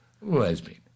lesbian